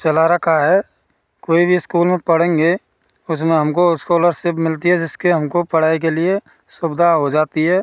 चला रखा है कोई भी इस्कूल में पढ़ेंगे उसमें हमको इस्कौलरसिप मिलती है जिसके हमको पढ़ाई के लिए सुविधा हो जाती है